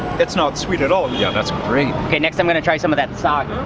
it's not sweet at all. yeah, that's great. okay next i'm going to try some of that saag.